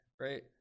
right